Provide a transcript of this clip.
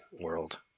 world